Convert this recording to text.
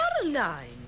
Caroline